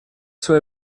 свое